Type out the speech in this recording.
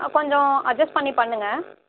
கொஞ்சம் அஜஸ் பண்ணி பண்ணுங்கள்